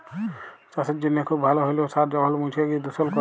চাসের জনহে খুব ভাল হ্যলেও সার যখল মুছে গিয় দুষল ক্যরে